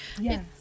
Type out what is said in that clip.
yes